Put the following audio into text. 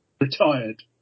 Retired